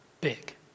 big